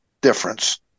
difference